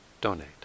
donate